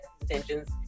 intentions